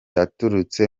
aturutse